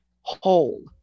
whole